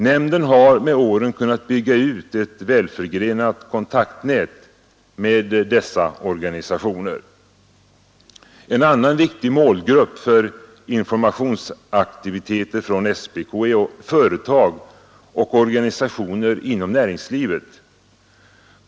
Nämnden har med åren kunnat bygga ut ett välförgrenat kontaktnät med dessa organisationer. En annan viktig målgrupp för informationsaktiviteter från SPK är företag och organisationer inom näringslivet.